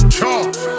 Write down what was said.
Chop